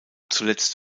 zuletzt